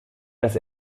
dass